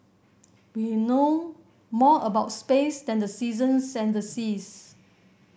we know more about space than the seasons and the seas